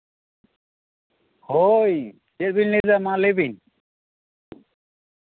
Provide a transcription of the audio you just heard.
ᱦᱳᱭ ᱪᱮᱫ ᱵᱮᱱ ᱞᱟᱹᱭᱫᱟ ᱢᱟ ᱞᱟᱹᱭᱵᱮᱱ